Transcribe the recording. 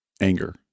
anger